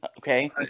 okay